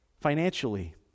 Financially